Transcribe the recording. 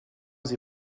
sie